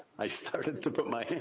i started to put my